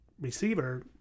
receiver